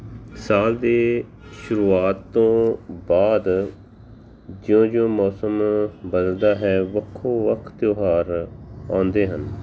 ਸਾਲ ਦੇ ਸ਼ੁਰੂਆਤ ਤੋਂ ਬਾਅਦ ਜਿਉਂ ਜਿਉਂ ਮੌਸਮ ਬਦਲਦਾ ਹੈ ਵੱਖੋ ਵੱਖ ਤਿਉਹਾਰ ਆਉਂਦੇ ਹਨ